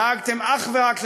דאגתם אך ורק למקורבים,